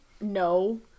No